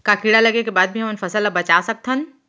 का कीड़ा लगे के बाद भी हमन फसल ल बचा सकथन?